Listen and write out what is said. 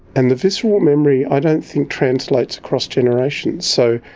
and the visceral memory, i don't think translates across generations. so,